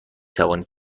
توانید